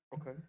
Okay